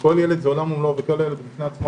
כל ילד הוא עולם ומלואו וכל ילד בפני עצמו